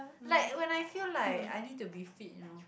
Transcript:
like when I feel like I need to be fit you know